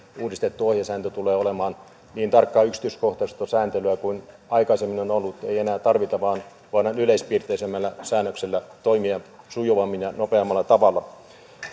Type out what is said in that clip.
uudistettu ohjesääntö tulee olemaan niin tarkkaa yksityiskohtaista sääntelyä kuin aikaisemmin on ollut ei enää tarvita vaan voidaan yleispiirteisemmällä säännöksellä toimia sujuvammin ja nopeammalla tavalla myös